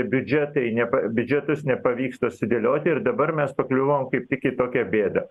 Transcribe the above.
biudžetai nepa biudžetus nepavyksta susidėlioti ir dabar mes pakliuvom kaip tik į tokią bėdą